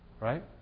right